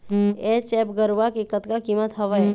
HF गरवा के कतका कीमत हवए?